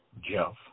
Jeff